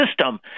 system